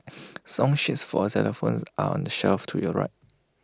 song sheets for xylophones are on the shelf to your right